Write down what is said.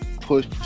Push